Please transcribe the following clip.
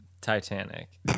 Titanic